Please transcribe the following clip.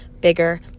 bigger